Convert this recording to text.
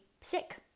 sick